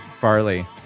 Farley